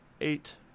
eight